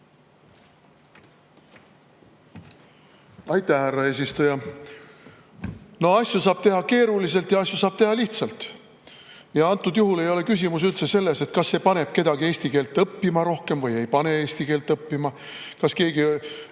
Aitäh, härra eesistuja! Asju saab teha keeruliselt ja asju saab teha lihtsalt. Antud juhul ei ole küsimus üldse selles, kas see paneb kedagi eesti keelt rohkem õppima või ei pane eesti keelt rohkem õppima, kas keegi